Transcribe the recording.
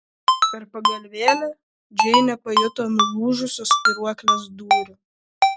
per pagalvėlę džeinė pajuto nulūžusios spyruoklės dūrį